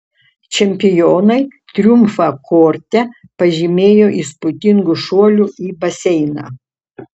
čempionai triumfą korte pažymėjo įspūdingu šuoliu į baseiną